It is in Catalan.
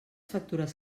factures